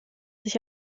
sich